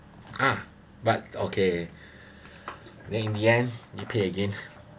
ah but okay then in the end you pay again